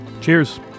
Cheers